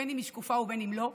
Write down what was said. בין שהיא שקופה ובין שלא.